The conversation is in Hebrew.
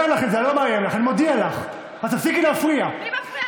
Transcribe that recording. אנחנו נמצאים לקראת רגע מכריע בתולדות המדינה,